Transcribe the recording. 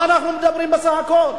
על מה אנחנו מדברים בסך הכול?